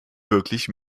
wirklich